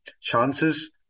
chances